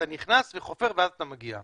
אז את הנכנס, חופר ואז את המגיע.